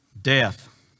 death